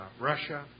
Russia